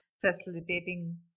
facilitating